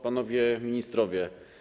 Panowie Ministrowie!